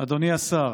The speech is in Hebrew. אדוני השר,